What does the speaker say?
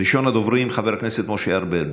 ראשון הדוברים, חבר הכנסת משה ארבל.